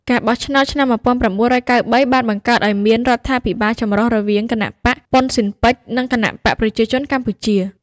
ការបោះឆ្នោតឆ្នាំ ១៩៩៣ បានបង្កើតឱ្យមានរដ្ឋាភិបាលចម្រុះរវាងគណបក្សហ្វ៊ុនស៊ិនប៉ិច និងគណបក្សប្រជាជនកម្ពុជា។